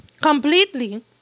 completely